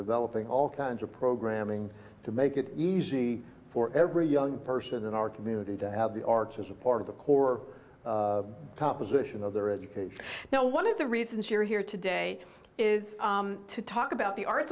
developing all kinds of programming to make it easy for every young person in our community to have the arts as a part of the core composition of their education now one of the reasons we're here today is to talk about the arts